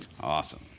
Awesome